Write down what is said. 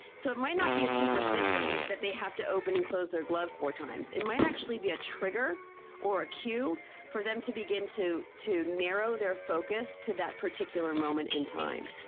so it might not be a superstition that they have to open and close their glove four times. it might actually be a trigger or a cue for them to begin to to narrow their focus to that particular moment in time.